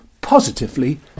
positively